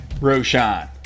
Roshan